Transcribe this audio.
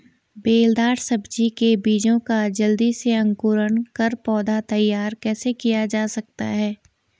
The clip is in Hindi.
बेलदार सब्जी के बीजों का जल्दी से अंकुरण कर पौधा तैयार कैसे किया जा सकता है?